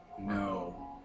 No